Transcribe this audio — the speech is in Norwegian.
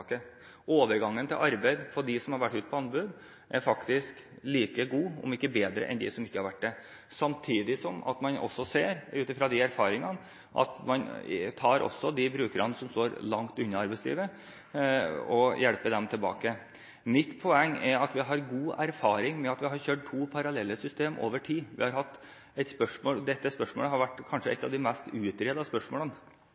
Overgangen til arbeid for dem som har vært ute på anbud, er faktisk like god – om ikke bedre – som for dem som ikke har vært det. Samtidig ser man, ut fra de erfaringene, at man også tar tak i de brukerne som står langt unna arbeidslivet, og hjelper dem tilbake. Mitt poeng er at vi har god erfaring med å kjøre to parallelle systemer over tid. Dette spørsmålet har vært kanskje et